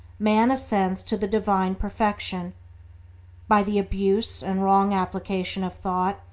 man ascends to the divine perfection by the abuse and wrong application of thought,